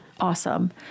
Awesome